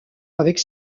avec